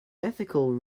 ethical